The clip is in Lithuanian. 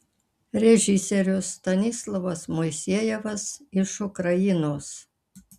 režisierius stanislovas moisejevas iš ukrainos